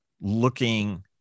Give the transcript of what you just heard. looking